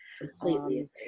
Completely